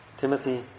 Timothy